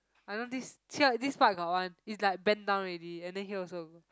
I don't this here this part got one is like bend down already and then here also